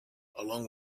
along